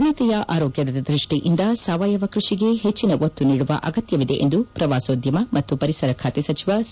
ಜನತೆಯ ಆರೋಗ್ಯದ ದೃಷ್ಟಿಯಿಂದ ಸಾವಯವ ಕೃಷಿಗೆ ಹೆಜ್ಜಿನ ಒತ್ತು ನೀಡುವ ಅಗತ್ಯವಿದೆ ಎಂದು ಪ್ರವಾಸೋದ್ಯಮ ಮತ್ತು ಪರಿಸರ ಖಾತೆ ಸಚಿವ ಸಿ